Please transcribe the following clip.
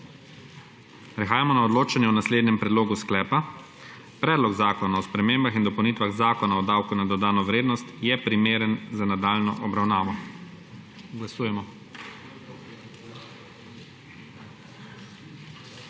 Prehajamo na odločanje o naslednjem predlogu sklepa: Predlog zakona o spremembah in dopolnitvah Zakona o davku na dodano vrednost je primeren za nadaljnjo obravnavo. Glasujemo.